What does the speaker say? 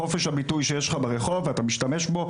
חופש הביטוי שיש לך ברחוב ואתה משתמש בו,